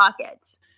pockets